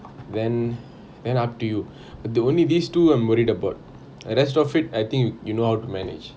then then up to you the only these two I'm worried about the rest of it I think yo~ you know how to manage